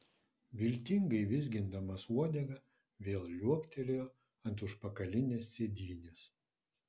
viltingai vizgindamas uodegą vėl liuoktelėjo ant užpakalinės sėdynės